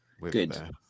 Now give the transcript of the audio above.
good